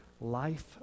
life